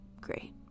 great